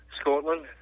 Scotland